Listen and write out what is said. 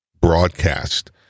broadcast